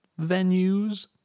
venues